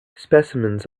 specimens